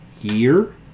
year